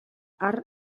har